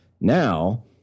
Now